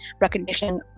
recognition